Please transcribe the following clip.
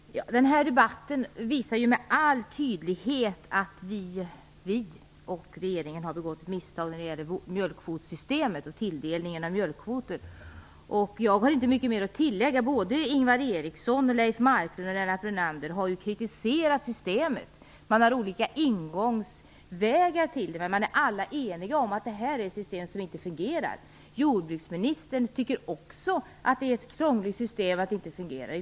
Herr talman! Den här debatten visar med all tydlighet att vi och regeringen har begått misstag när det gäller tilldelningen av mjölkkvoter i kvotsystemet. Jag har inte mycket att tillägga. Såväl Ingvar Eriksson och Leif Marklund som Lennart Brunander har kritiserat systemet. De har olika utgångspunkter, men de är alla eniga om att systemet inte fungerar. Också jordbruksministern tycker att det är ett krångligt system, som inte fungerar.